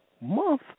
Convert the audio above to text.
month